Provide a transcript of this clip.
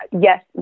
yes